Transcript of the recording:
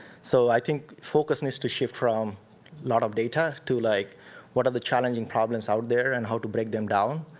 so i think focus needs to shift from lot of data, to like what are the challenging problems out there and how to break them down,